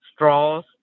straws